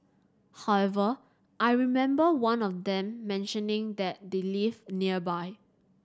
however I remember one of them mentioning that they live nearby